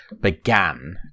began